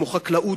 כמו חקלאות,